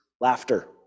laughter